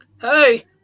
Hey